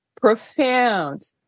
profound